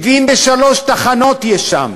73 תחנות יש שם.